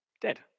dead